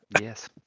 Yes